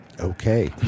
Okay